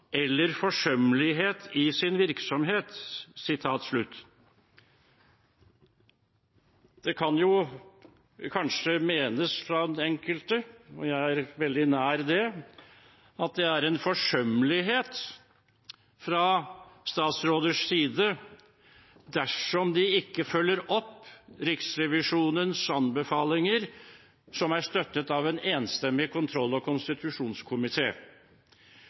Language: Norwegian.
eller forsømmelighet i sin virksomhet.» Det kan jo kanskje menes av enkelte – og jeg er veldig nær det – at det er en forsømmelighet fra statsråders side dersom de ikke følger opp Riksrevisjonens anbefalinger som er støttet av en enstemmig kontroll- og